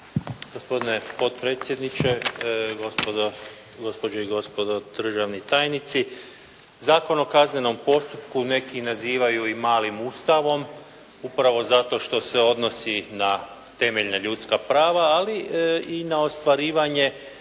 Gospodine potpredsjedniče, gospođe i gospodo državni tajnici. Zakon o kaznenom postupku neki nazivaju i malim Ustavom upravo zato što se odnosi na temeljna ljudska prava ali i na ostvarivanje